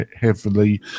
heavily